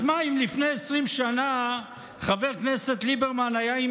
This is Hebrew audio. אז מה אם לפני 20 שנה חבר כנסת ליברמן היה באותה